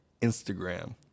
Instagram